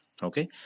Okay